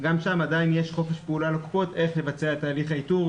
גם שם עדיין יש חופש פעולה לקופות איך לבצע את תהליך האיתור,